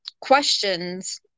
questions